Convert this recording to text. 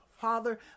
father